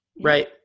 right